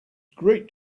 great